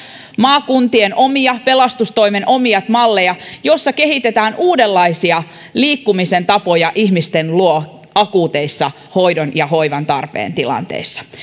maakuntien omia pelastustoimen omia malleja joissa kehitetään uudenlaisia liikkumisen tapoja ihmisten luo akuuteissa hoidon ja hoivan tarpeen tilanteissa